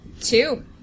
two